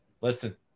listen